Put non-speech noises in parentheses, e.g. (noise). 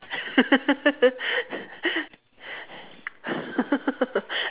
(laughs)